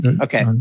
Okay